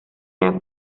era